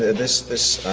ah this. this.